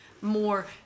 more